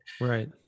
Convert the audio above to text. right